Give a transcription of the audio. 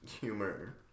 humor